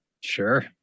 sure